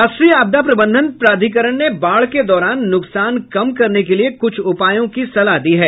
राष्ट्रीय आपदा प्रबंधन प्राधिकरण ने बाढ़ के दौरान नुकसान कम करने लिए कुछ उपायों की सलाह दी है